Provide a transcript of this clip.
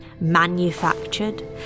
manufactured